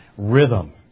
Rhythm